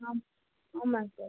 ஆமாம் ஆமாம்ங்க சார்